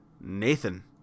Nathan